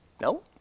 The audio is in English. No